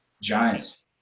giants